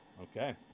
Okay